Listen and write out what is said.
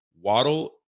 Waddle